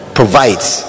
provides